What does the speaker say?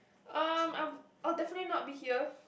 um I'm I'm definitely not be here